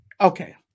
okay